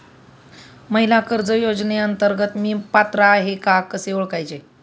महिला कर्ज योजनेअंतर्गत मी पात्र आहे का कसे ओळखायचे?